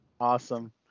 Awesome